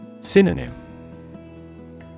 Synonym